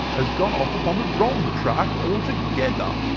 has gone off upon the wrong track altogether.